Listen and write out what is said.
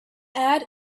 add